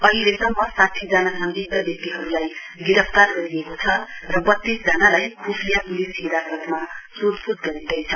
अहिलेसम्म साठीजना संदिग्ध व्यक्तिहरूलाई गिरफ्तार गरिएको छ र बत्तीस जनालाई खुफिया पुलिस हिरासतमा सोधप्छ गरिँदैछ